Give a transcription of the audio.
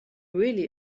really